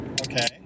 Okay